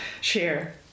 share